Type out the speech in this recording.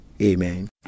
amen